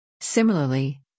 Similarly